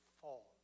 fall